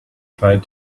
tried